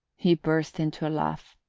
he burst into a laugh.